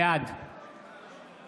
בעד